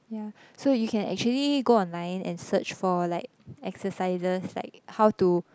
yeah so you can actually go online and search for like exercises like how to